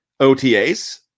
OTAs